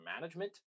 management